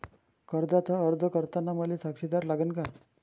कर्जाचा अर्ज करताना मले साक्षीदार लागन का?